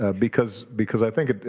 ah because because i think